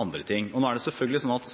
andre ting. Nå er det selvfølgelig sånn at